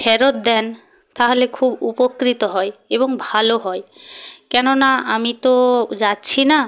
ফেরত দেন তাহলে খুব উপকৃত হয় এবং ভালো হয় কেননা আমি তো যাচ্ছি না